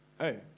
Hey